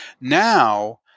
now